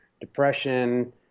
depression